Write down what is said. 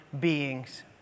beings